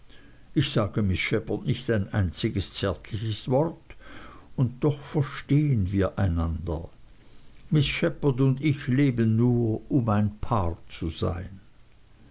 ich sage miß shepherd nicht ein einziges zärtliches wort und doch verstehen wir einander miß shepherd und ich leben nur um ein paar zu sein